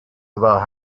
راه